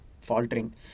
faltering